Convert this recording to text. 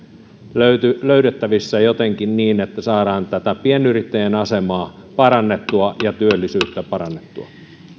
löydettävissä jotenkin niin että saadaan tätä pienyrittäjän asemaa parannettua ja työllisyyttä parannettua